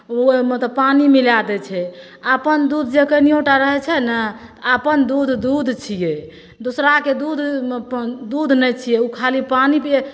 ओहोमे तऽ पानि मिला दै छै आ अपन दूध जे कनियोँ टा रहै छै ने अपन दूध दूध छियै दोसराके दूधमे अपन दूध नहि छियै ओ खाली पानिके